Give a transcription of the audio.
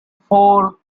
four